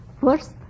First